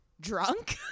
drunk